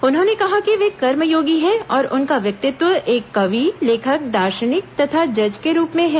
उन्होंने कहा कि वे कर्म योगी हैं और उनका व्यक्तित्व एक कवि लेखक दार्शनिक तथा जज के रूप में हैं